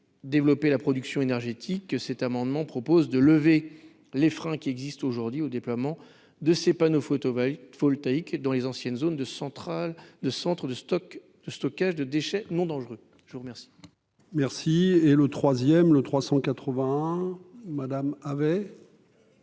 développer la production énergétique cet amendement propose de lever les freins qui existent aujourd'hui au déploiement de ces panneaux Photoways voltaïque dans les anciennes zones de centrales de Centre de stock de stockage de déchets non dangereux, je vous remercie. Merci, et le troisième, le 380. Madame avait